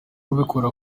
abikorera